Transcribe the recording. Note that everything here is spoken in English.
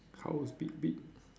how is be be